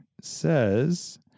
says